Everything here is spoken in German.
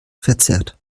verzerrt